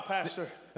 Pastor